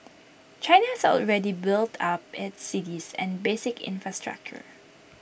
China has already built up its cities and basic infrastructure